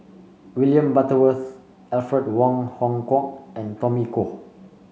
William Butterworth Alfred Wong Hong Kwok and Tommy Koh